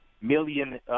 million